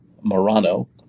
Morano